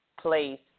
place